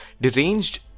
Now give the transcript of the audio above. deranged